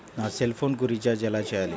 నా సెల్ఫోన్కు రీచార్జ్ ఎలా చేయాలి?